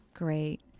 Great